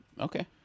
Okay